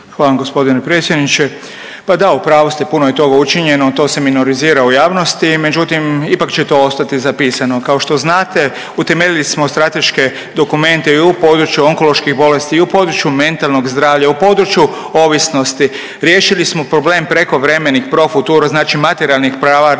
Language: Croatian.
Hvala vam g. predsjedniče. Pa da u pravu ste, puno je toga učinjeno, to se minorizira u javnosti, međutim ipak će to ostati zapisano. Kao što znate utemeljili smo strateške dokumente i u području onkoloških bolesti i u području mentalnog zdravlja, u području ovisnosti, riješili smo problem prekovremenih profuture znači materijalnih prava liječnika,